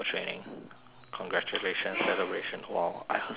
congratulation celebration !wow! I heard someone sneeze